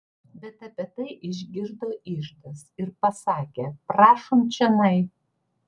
bet apie tai išgirdo iždas ir pasakė prašom čionai